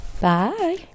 Bye